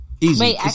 Easy